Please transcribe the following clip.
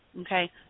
okay